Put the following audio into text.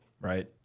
right